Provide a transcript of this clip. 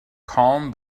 calm